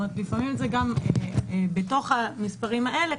לפעמים זה גם בתוך המספרים האלה,